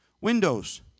Windows